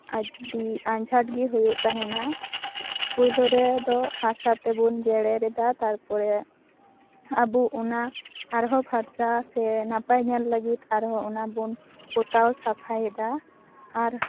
ᱟᱹᱰᱤ ᱟᱸᱡᱷᱟᱴ ᱜᱮ ᱦᱩᱭᱩᱜ ᱛᱟᱦᱮᱱᱟ ᱯᱩᱭᱞᱳ ᱨᱮᱫᱚ ᱦᱟᱥᱟ ᱛᱮᱵᱚᱱ ᱡᱮᱲᱮᱨ ᱮᱫᱟ ᱛᱟᱨᱯᱚᱨᱮ ᱟᱵᱚ ᱚᱱᱟ ᱟᱨ ᱦᱚᱸ ᱯᱷᱟᱨᱪᱟ ᱥᱮ ᱱᱟᱯᱟᱭ ᱧᱮᱞ ᱞᱟᱹᱜᱤᱫ ᱟᱨᱦᱚᱸ ᱚᱱᱟ ᱵᱚᱱ ᱯᱚᱛᱟᱣ ᱥᱟᱯᱷᱟᱭᱮᱫᱟ ᱟᱨ